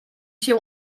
się